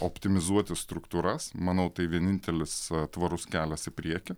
optimizuoti struktūras manau tai vienintelis tvarus kelias į priekį